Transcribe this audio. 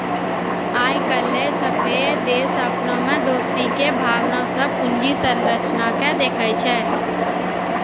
आइ काल्हि सभ्भे देश अपना मे दोस्ती के भावना से पूंजी संरचना के देखै छै